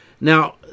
Now